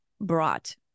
brought